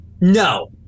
No